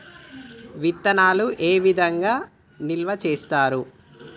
విత్తనాలు ఏ విధంగా నిల్వ చేస్తారు?